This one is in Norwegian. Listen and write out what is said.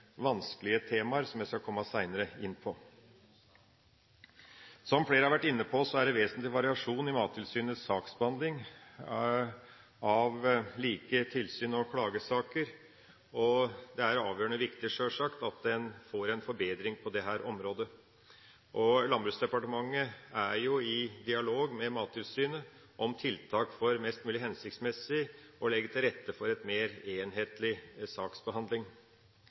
vanskelige temaer, som jeg skal komme inn på senere. Som flere har vært inne på, er det vesentlig variasjon i Mattilsynets saksbehandling av like tilsyns- og klagesaker, og det er sjølsagt avgjørende viktig at en får en forbedring på dette området. Landbruksdepartementet er i dialog med Mattilsynet om tiltak for mest mulig hensiktsmessig å legge til rette for en mer enhetlig saksbehandling.